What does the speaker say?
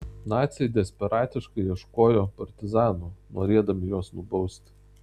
naciai desperatiškai ieškojo partizanų norėdami juos nubausti